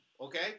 okay